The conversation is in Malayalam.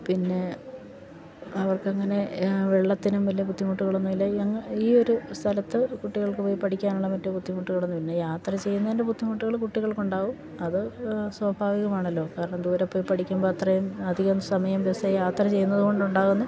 പിന്നെ അവർക്കങ്ങനെ വെള്ളത്തിനും വലിയ ബുദ്ധിമുട്ടുകളൊന്നുമില്ല ഈ ഒരു സ്ഥലത്ത് കുട്ടികൾക്കു പോയി പഠിക്കാനുള്ള മറ്റ് ബുദ്ധിമുട്ടുകളൊന്നും പിന്നെ യാത്ര ചെയ്യുന്നതിൻ്റെ ബുദ്ധിമുട്ടുകൾ കുട്ടികൾക്കുണ്ടാകും അത് സ്വാഭാവികമാണല്ലോ കാരണം ദൂരെ പോയി പഠിക്കുമ്പം അത്രയും അധികം സമയം ബസ്സിൽ യാത്ര ചെയ്യുന്നത് കൊണ്ടുണ്ടാകുന്ന